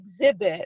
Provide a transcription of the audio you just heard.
exhibit